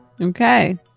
okay